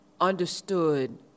understood